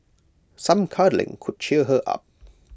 some cuddling could cheer her up